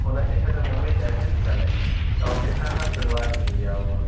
हुनखे सॼो मुंबई दर्शन ई चवंदा आहिनि त उहो किथां खां शुरुवाति थींदी आहे हूअं